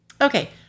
Okay